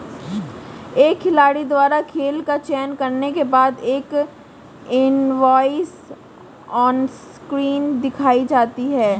एक खिलाड़ी द्वारा खेल का चयन करने के बाद, एक इनवॉइस ऑनस्क्रीन दिखाई देता है